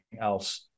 else